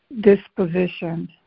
disposition